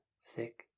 sick